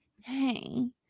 hey